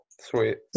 Sweet